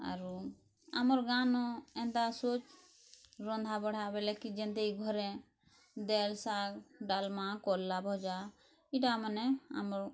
ଆରୁ ଆମର୍ ଗାଁ ନ ଏନ୍ତା ଶୋଚ୍ ରନ୍ଧାବଢ଼ା ବେଲେ କି ଜେନ୍ତା ଘରେ ଦେଲ୍ ଶାଗ୍ ଡ଼ାଲମା କଲ୍ଲା ଭଜା ଇଟା ମାନେ ଆମର୍